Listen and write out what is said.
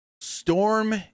Storm